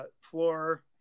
Floor